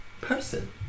person